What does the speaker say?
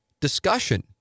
discussion